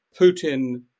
Putin